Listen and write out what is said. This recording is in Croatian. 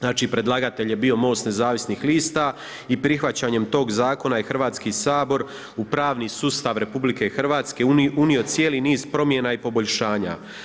Znači predlagatelj je bio MOST nezavisnih lista i prihvaćanjem tog zakona je Hrvatski sabor u pravni sustav RH unio cijeli niz promjena i poboljšanja.